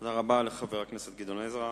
תודה רבה לחבר הכנסת גדעון עזרא.